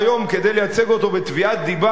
כדי לייצג אותך בתביעת דיבה,